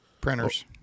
Printers